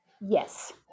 Yes